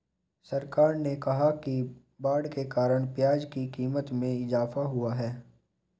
सरकार ने कहा कि बाढ़ के कारण प्याज़ की क़ीमत में इजाफ़ा हुआ है